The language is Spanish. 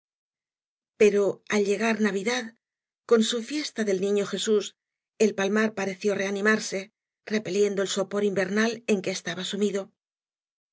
pero al llegar navidad con bu fiesta del niño jefiús el palmar pareció reanimaree repeliendo el bopor invernal en que estaba sumido